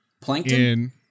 Plankton